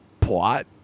plot